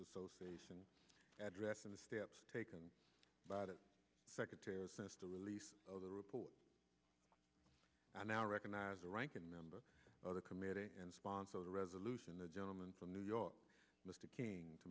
association address on the steps taken by the secretary to release the report i now recognize the ranking member of the committee and sponsor the resolution the gentleman from new york mr king to